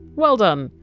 well done!